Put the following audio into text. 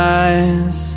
eyes